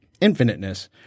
infiniteness